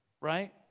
Right